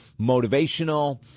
motivational